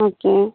okay